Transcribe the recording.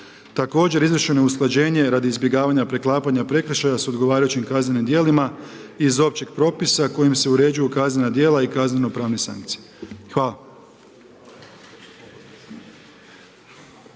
Također izvršeno je usklađenje radi izbjegavanja preklapanja prekršaja sa odgovarajućim kaznenim djelima iz općeg propisa kojim se uređuju kaznena djela i kazneno pravne sankcije. Hvala.